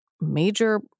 major